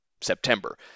September